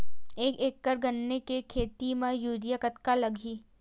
एक एकड़ गन्ने के खेती म यूरिया कतका लगही?